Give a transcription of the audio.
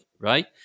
Right